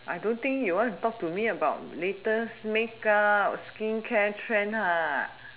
I don't think you want to talk to me about latest make up skincare trend